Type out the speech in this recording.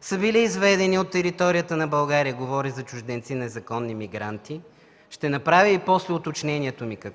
са били изведени от територията на България – говоря за чужденци незаконни мигранти, после ще направя и уточнението ми – през